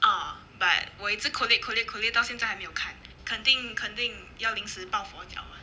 ah but 我一直 collate collate collate 到现在还没有看肯定肯定要临时抱佛脚